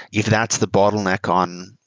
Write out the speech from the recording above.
if that's the bottleneck on